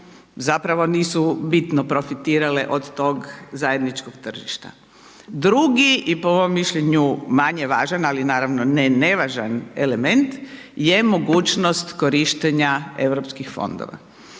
zapravo nisu bitno profitirale od tog zajedničkog tržišta. Drugi i po mom mišljenju manje važan ali naravno ne nevažan element je mogućnost korištenja europskih fondova.